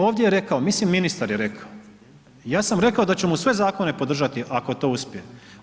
Ovdje, ovdje je rekao, mislim ministar je rekao, ja sam rekao da ću mu sve zakone podržati ako to uspje.